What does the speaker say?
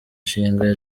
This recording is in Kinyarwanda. nshinga